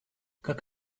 как